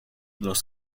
los